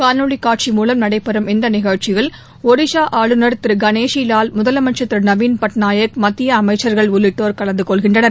காணொலி காட்சி மூலம் நடைபெறும் இந்த நிகழ்ச்சியில் ஒடிஷா ஆளுநர் திரு கணேஷி லால் முதலமைச்சர் திரு நவீன் பட்நாயக் மத்திய அமைச்சர்கள் உள்ளிட்டோர் கலந்து கொள்கின்றனர்